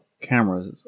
cameras